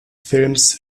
films